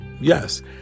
Yes